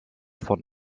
von